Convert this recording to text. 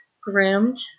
groomed